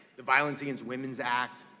the violence against women's act,